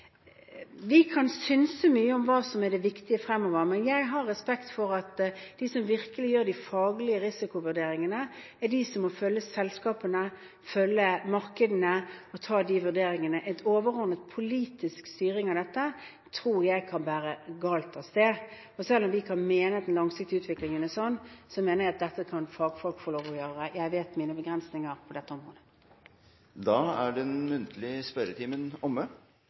vi kan synse mye om hva som er viktig fremover, men jeg har respekt for at de som virkelig gjør de faglige risikovurderingene, er de som må følge selskapene, følge markedene og ta de vurderingene. En overordnet politisk styring av dette tror jeg kan bære galt av sted, og selv om de kan mene at den langsiktige utviklingen er slik, mener jeg at dette kan fagfolk få lov til å gjøre. Jeg kjenner mine begrensninger på dette området. Dermed er den muntlige spørretimen omme,